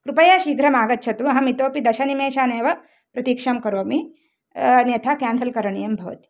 कृपया शीघ्रमागच्छतु अहम् इतोऽपि दशनिमेषानेव प्रतीक्षां करोमि अन्यथा केन्सल् करणीयं भवति